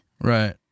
Right